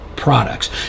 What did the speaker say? products